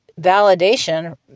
validation